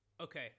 Okay